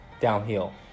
downhill